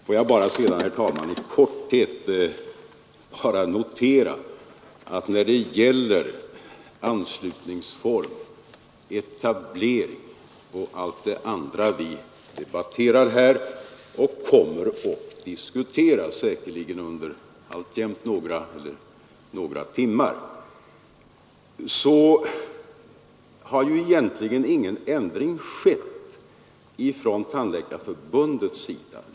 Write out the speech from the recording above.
Låt mig sedan bara, herr talman, i korthet notera att det när det gäller anslutningsform, etablering och allt det andra vi debatterar och säkerligen kommer att få debattera under ytterligare några timmar egentligen inte skett någon ändring i Tandläkarförbundets inställning.